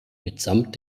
mitsamt